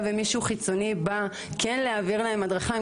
שמישהו חיצוני בא להעביר להם הדרכה.